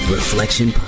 Reflection